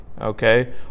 Okay